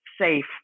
safe